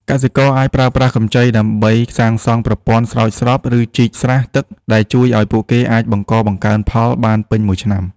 កសិករអាចប្រើប្រាស់កម្ចីដើម្បីសាងសង់ប្រព័ន្ធស្រោចស្រព ឬជីកស្រះទឹក ដែលជួយឱ្យពួកគេអាចបង្កបង្កើនផលបានពេញមួយឆ្នាំ។